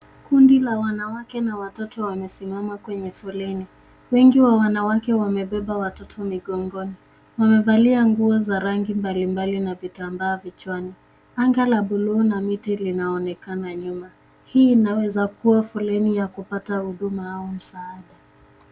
Kundi la wanawake na watoto wamesimama kwenye foleni. Wengi wa wanawake wamebeba watoto migogoni. Wamevalia nguo za rangi mbalimbali na vitambaa vichwani. Anga la buluu na miti linaonekana nyuma. Hii inaweza kuwa foleni ya kupata huduma au msaada.